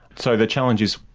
so the challenge is,